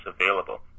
available